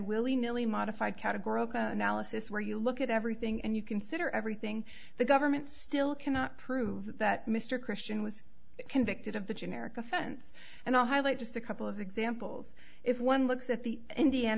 willy nilly modified category analysis where you look at everything and you consider everything the government still cannot prove that mr christian was convicted of the generic offense and i'll highlight just a couple of examples if one looks at the indian